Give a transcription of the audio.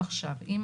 זה כבר בדיון הקודם.